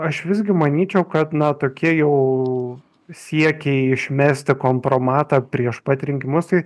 aš visgi manyčiau kad na tokie jau siekiai išmesti kompromatą prieš pat rinkimus tai